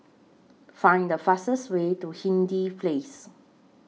Find The fastest Way to Hindhede Place